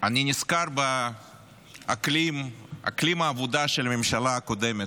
אני נזכר באקלים העבודה של הממשלה הקודמת,